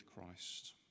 christ